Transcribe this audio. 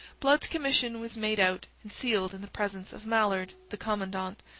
blood's commission was made out and sealed in the presence of mallard, the commandant,